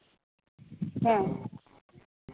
ᱦᱮᱸ